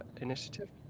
initiative